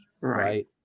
Right